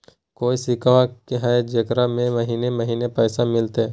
कोइ स्कीमा हय, जेकरा में महीने महीने पैसा मिलते?